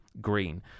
green